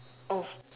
of